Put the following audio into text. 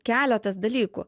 keletas dalykų